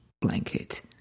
blanket